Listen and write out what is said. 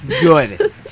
Good